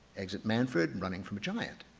exit manfred running from a giant